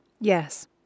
Yes